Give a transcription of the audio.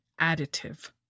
additive